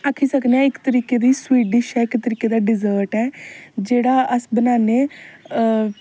आक्खी सकने आं इक तरीके दी स्बीट डिश ऐ इक तरीके दा डेजर्ट ऐ जेहड़ा अस बनान्ने ते